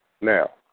Now